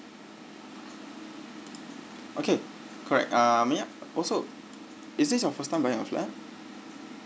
okay correct uh may I also is this your first time buying a flat